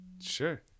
Sure